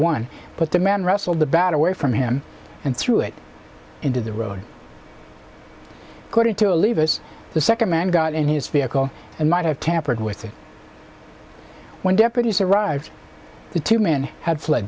one but the man wrestled the bad away from him and threw it into the road according to a leavers the second man got in his vehicle and might have tampered with it when deputies arrived the two men had fled